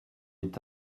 est